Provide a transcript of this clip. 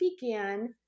began